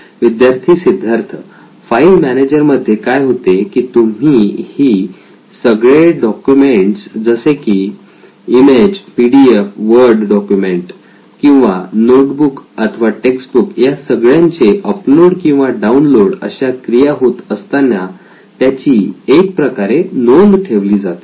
विद्यार्थी Siddharth file manager मध्ये काय होते की तुम्ही ही सगळे डॉक्युमेंट्स जसे की image P D F word document किंवा नोटबुक अथवा टेक्स्टबुक या सगळ्यांचे अपलोड किंवा डाउनलोड अशा क्रिया होत असताना त्याची एक प्रकारे नोंद ठेवली जाते